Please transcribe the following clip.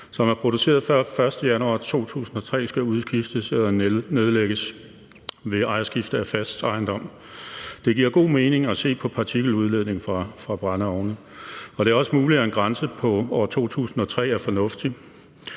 som er produceret før den 1. januar 2003, skal udskiftes eller nedlægges ved ejerskifte af fast ejendom. Det giver god mening at se på partikeludledningen fra brændeovne, og det er også muligt, at en grænse på år 2003 er fornuftig.